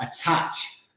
attach